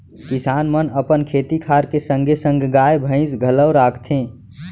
किसान मन अपन खेती खार के संगे संग गाय, भईंस घलौ राखथें